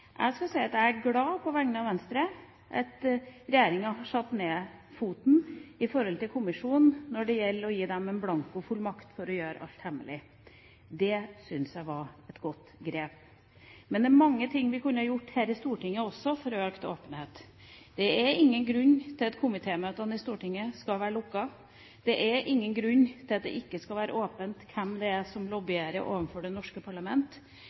Jeg vil si at jeg på vegne av Venstre er glad for at regjeringa har satt ned foten overfor kommisjonen når det gjelder å gi dem en blankofullmakt til å gjøre alt hemmelig. Det syns jeg var et godt grep. Men det er mange ting vi kunne gjort her i Stortinget også for økt åpenhet. Det er ingen grunn til at komitémøtene i Stortinget skal være lukket. Det er ingen grunn til at det ikke skal være åpent hvem det er som driver lobbyvirksomhet overfor det norske parlament.